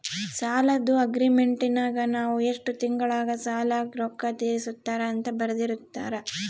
ಸಾಲದ್ದು ಅಗ್ರೀಮೆಂಟಿನಗ ನಾವು ಎಷ್ಟು ತಿಂಗಳಗ ಸಾಲದ ರೊಕ್ಕ ತೀರಿಸುತ್ತಾರ ಅಂತ ಬರೆರ್ದಿರುತ್ತಾರ